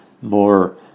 more